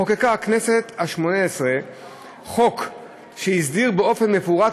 חוקקה הכנסת השמונה-עשרה חוק שהסדיר באופן מפורט